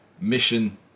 Mission